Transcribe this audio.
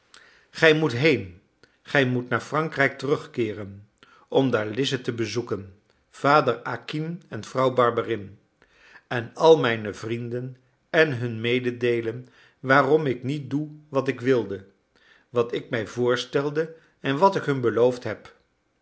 gij moet heen gij moet naar frankrijk terugkeeren om daar lize te bezoeken vader acquin en vrouw barberin en al mijne vrienden en hun meedeelen waarom ik niet doe wat ik wilde wat ik mij voorstelde en wat ik hun beloofd heb